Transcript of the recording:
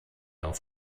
auf